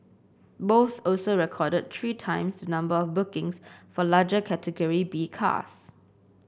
both also recorded three times number of bookings for larger Category B cars